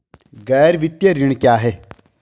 गैर वित्तीय ऋण क्या है?